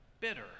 bitter